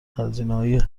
هزینههای